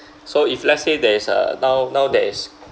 so if let's say there is a now now there is